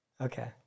Okay